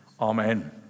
amen